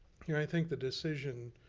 i think the decision,